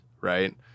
right